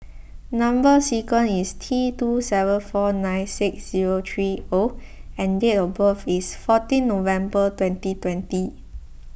Number Sequence is T two seven four nine six zero three O and date of birth is fourteen November twenty twenty